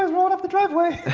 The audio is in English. ah rolling up the driveway